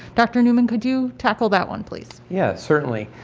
dr. newman, could you tackle that one please? yeah, certainly.